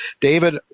David